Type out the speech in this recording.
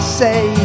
say